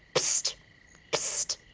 pssst pssst